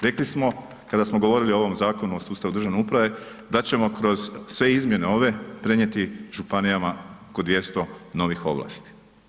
Rekli smo kada smo govorili o ovom Zakonu o sustavu državne uprave, da ćemo kroz sve izmjene ove prenijeti županijama oko 200 novih ovlasti.